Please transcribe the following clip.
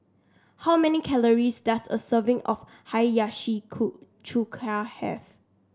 how many calories does a serving of Hiyashi Chuka have